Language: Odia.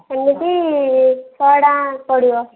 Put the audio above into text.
ଏମିତି ଶହେ ଟଙ୍କା ପଡ଼ିବ